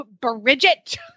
Bridget